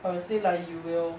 I would say like you will